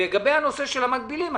לגבי הנושא של המקבילים,